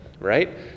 right